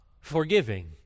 forgiving